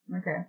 Okay